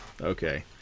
Okay